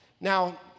Now